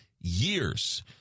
years